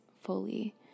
fully